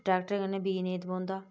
कि ट्रैक्टरे कन्नै बी नेईं दबोंदा